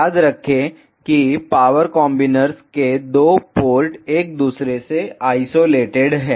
याद रखें कि पावर कॉम्बिनर्स के 2 पोर्ट एक दूसरे से आइसोलेटेड हैं